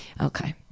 Okay